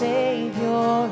Savior